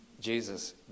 Jesus